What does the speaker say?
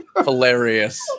Hilarious